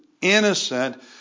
innocent